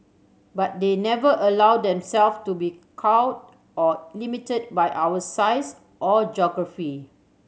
but they never allowed themself to be cowed or limited by our size or geography